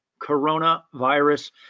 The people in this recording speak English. coronavirus